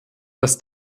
dass